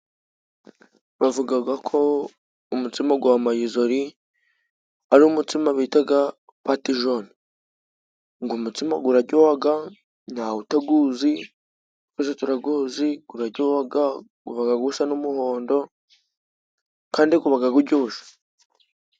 Bavugaga ko umutsima gwa mayizori ari umutsima bitaga patejone. Ugo mutsima gurajyohaga, ntawe utaguzi, twese turaguzi, kurajyohaga, guba gusa n'umuhondo kandi gubaga gujyoshe.